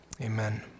amen